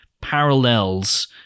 parallels